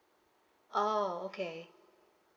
oh okay